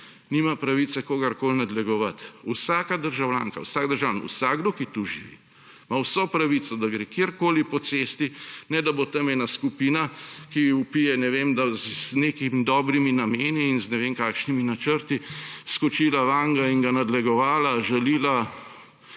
nima pravice kogarkoli nadlegovati. Vsaka državljanka, vsak državljan, vsakdo, ki tu živi, ima vso pravico, da gre kjerkoli po cesti, ne da bo tam ena skupina, ki vpije, ne vem, z nekimi dobrimi nameni, in z ne vem kakšnimi načrti skočila vanj in ga nadlegovala, žalila,